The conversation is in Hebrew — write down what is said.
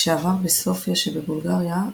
כשעבר בסופיה שבבולגריה,